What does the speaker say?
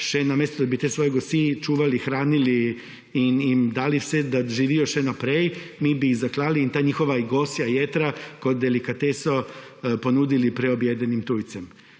namesto da bi te svoje gosi čuvali, hranili in jim dali vse, da živijo še naprej, te gosi zaklali in njihova gosja jetra kot delikateso ponudili preobjedenim tujcem.